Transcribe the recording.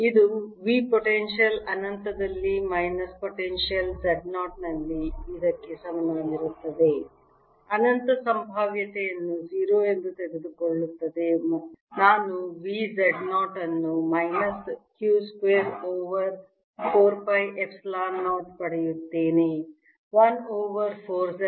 ಇದು V potential ಅನಂತದಲ್ಲಿ minus potential Z0 ನಲ್ಲಿ ಇದಕ್ಕೆ ಸಮನಾಗಿರುತ್ತದೆ ಅನಂತ ಸಂಭಾವ್ಯತೆಯನ್ನು 0 ಎಂದು ತೆಗೆದುಕೊಳ್ಳುತ್ತದೆ ನಾನು V Z 0 ಅನ್ನು minus q square over 4 pi epsilon 0 ಪಡೆಯುತ್ತೇನೆ 1 ಓವರ್ 4 Z 0